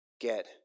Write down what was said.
get